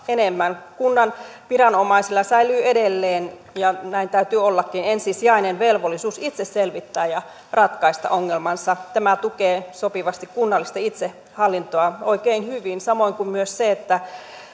enemmän kunnan viranomaisilla säilyy edelleen ja näin täytyy ollakin ensisijainen velvollisuus itse selvittää ja ratkaista ongelmansa tämä tukee sopivasti kunnallista itsehallintoa oikein hyvin samoin kuin se että